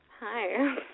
Hi